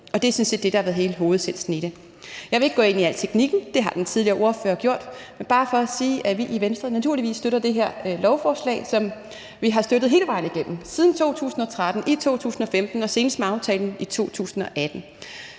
set det, der har været hele essensen i det. Jeg vil ikke gå ind i al teknikken, for det har den tidligere ordfører gjort, men jeg vil bare sige, at vi i Venstre naturligvis støtter det her lovforslag, som vi har støttet hele vejen igennem siden 2013, i 2015 og senest med aftalen i 2018.